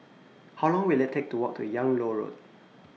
How Long Will IT Take to Walk to Yung Loh Road